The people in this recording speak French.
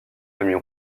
famille